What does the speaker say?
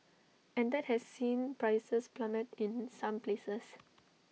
and that has seen prices plummet in some places